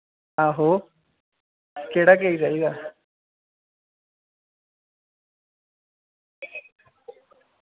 आहो केह्ड़ा केक चाहिदा